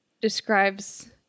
describes